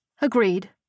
Agreed